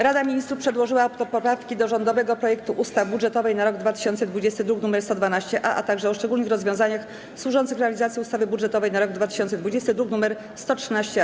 Rada Ministrów przedłożyła poprawki do rządowych projektów ustaw: budżetowej na rok 2020, druk nr 112-A, a także o szczególnych rozwiązaniach służących realizacji ustawy budżetowej na rok 2020, druk nr 113-A.